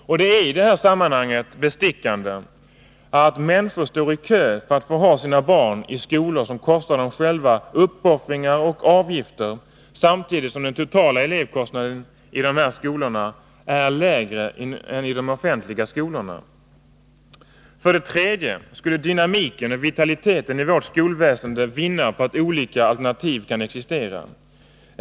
Det är i det här sammanhanget bestickande att människor står i kö för att få ha sina barn i skolor som kostar dem själva uppoffringar och avgifter samtidigt som den totala elevkostnaden i dessa skolor är lägre än i de offentliga skolorna. För det tredje skulle dynamiken och vitaliteten i vårt skolväsende vinna på att olika alternativ kan existera.